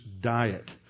diet